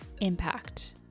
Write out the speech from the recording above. impact